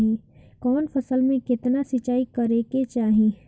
कवन फसल में केतना सिंचाई करेके चाही?